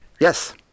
Yes